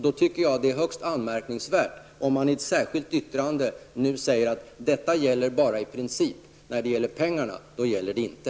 Då tycker jag det är högst anmärkningsvärt att man i ett särskilt yttrande säger att det bara gäller i princip. Vad avser pengarna gäller det inte.